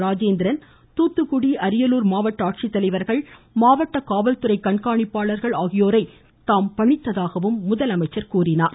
ராஜேந்திரன் தூத்துக்குடி அரியலூர் மாவட்ட ஆட்சித்தலைவர்கள் மாவட்ட காவல்துறை கண்காணிப்பாளர்கள் ஆகியோரை தாம் பணித்ததாகவும் முதலமைச்சர் தெரிவித்தார்